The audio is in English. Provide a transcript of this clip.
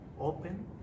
open